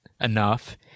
enough